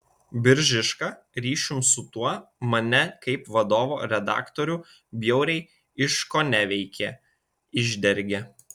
biržiška ryšium su tuo mane kaip vadovo redaktorių bjauriai iškoneveikė išdergė